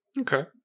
Okay